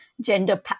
gender